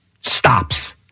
stops